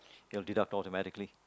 it will deduct automatically